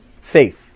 faith